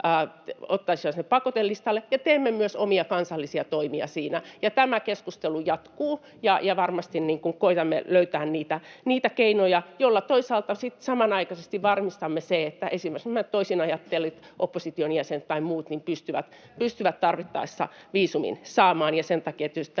ottaisi ne pakotelistalle, ja teemme myös omia kansallisia toimia siinä. Tämä keskustelu jatkuu, ja varmasti koetamme löytää niitä keinoja, joilla toisaalta sitten samanaikaisesti varmistamme sen, että esimerkiksi nämä toisinajattelijat, opposition jäsenet tai muut, pystyvät tarvittaessa viisumin saamaan, ja sen takia